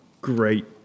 great